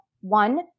one